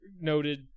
noted